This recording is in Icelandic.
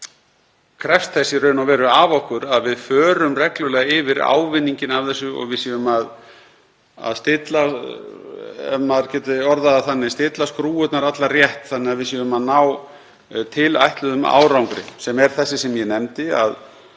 sem krefst þess í raun og veru af okkur að við förum reglulega yfir ávinninginn af þessu og við séum að stilla, ef maður getur orðað það þannig, skrúfurnar allar rétt þannig að við séum að ná tilætluðum árangri. Hann er sá sem ég nefndi, að